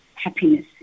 happiness